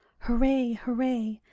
hooray, hooray!